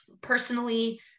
personally